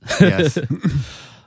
Yes